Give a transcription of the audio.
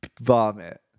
vomit